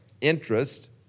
Interest